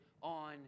on